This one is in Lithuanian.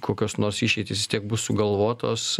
kokios nors išeitys vis tiek bus sugalvotos